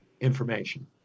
information